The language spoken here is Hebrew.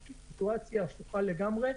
זו סיטואציה הפוכה לגמרי.